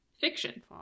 fiction